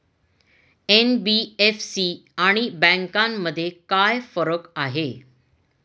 NBFC आणि बँकांमध्ये काय फरक आहे?